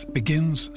begins